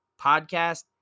podcast